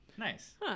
Nice